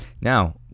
Now